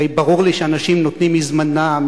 הרי ברור לי שאנשים נותנים מזמנם,